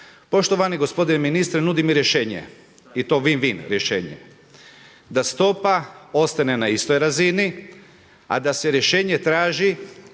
Poštovani gospodine ministre, nudim i rješenje i to win-win rješenje, da stopa ostane na istoj razini, a da se rješenje traži